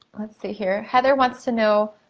let's see here. heather wants to know,